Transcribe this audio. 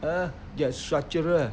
!huh! get structural